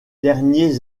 derniers